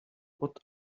what